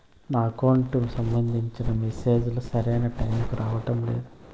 నా అకౌంట్ కి సంబంధించిన మెసేజ్ లు సరైన టైముకి రావడం లేదు